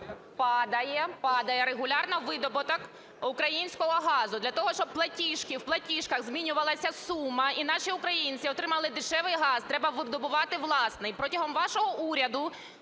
падає регулярно видобуток українського газу. Для того, щоб в платіжках змінювалася сума і наші українці отримали дешевий газ, треба видобувати власний.